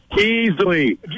Easily